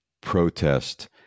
protest